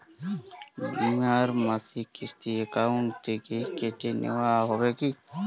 বিমার মাসিক কিস্তি অ্যাকাউন্ট থেকে কেটে নেওয়া হবে কি?